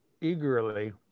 eagerly